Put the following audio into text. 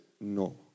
No